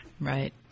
Right